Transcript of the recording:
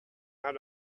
out